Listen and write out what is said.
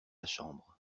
chambre